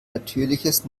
natürliches